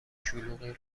شلوغی